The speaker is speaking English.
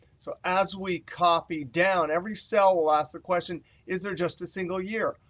so as we copy down, every cell will ask the question is there just a single year?